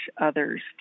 others